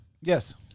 yes